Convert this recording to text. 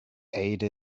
ate